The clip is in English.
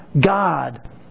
God